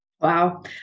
Wow